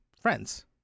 friends